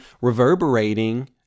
reverberating